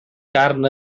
carn